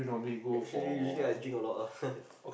actually usually I drink a lot